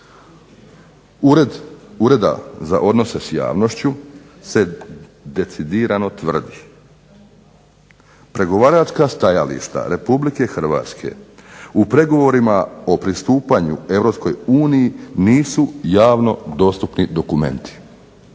Ureda za odnose s javnošću se decidirano tvrdi, pregovaračka stajališta Republike Hrvatske u pregovorima o pristupanju Europskoj uniji nisu javno dostupni dokumenti